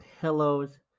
pillows